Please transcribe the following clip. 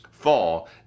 fall